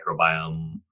microbiome